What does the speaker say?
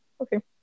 Okay